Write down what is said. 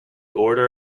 order